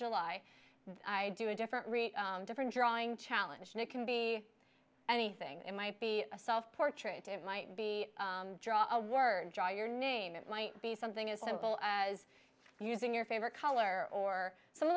july i do a different read different drawing challenge and it can be anything it might be a self portrait it might be draw a word draw your name it might be something as simple as using your favorite color or some of